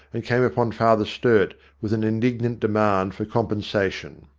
and came upon father sturt with an indignant de mand for compensation.